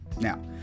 Now